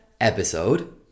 episode